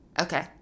Okay